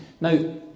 Now